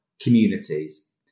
communities